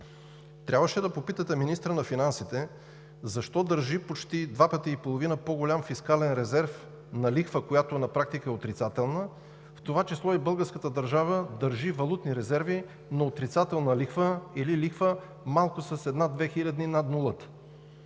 Трябваше да попитате министъра на финансите защо държи почти 2,5 пъти по-голям фискален резерв на лихва, която на практика е отрицателна, в това число и българската държава държи валутни резерви на отрицателна лихва, или лихва малко с една-две хилядни над нулата?